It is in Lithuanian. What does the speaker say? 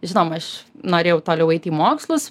žinoma aš norėjau toliau eit į mokslus